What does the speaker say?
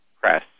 Press